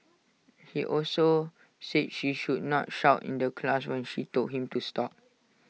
he also said she should not shout in the class when she told him to stop